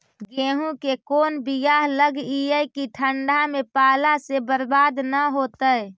गेहूं के कोन बियाह लगइयै कि ठंडा में पाला से बरबाद न होतै?